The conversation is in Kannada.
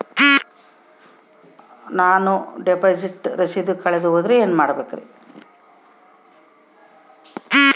ನಾನು ಡಿಪಾಸಿಟ್ ರಸೇದಿ ಕಳೆದುಹೋದರೆ ಏನು ಮಾಡಬೇಕ್ರಿ?